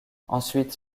ensuite